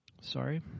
Sorry